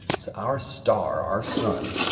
so our star, our sun,